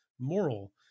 moral